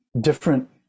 different